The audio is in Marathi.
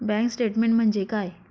बँक स्टेटमेन्ट म्हणजे काय?